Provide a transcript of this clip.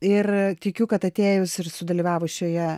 ir tikiu kad atėjus ir sudalyvavus šioje